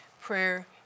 prayer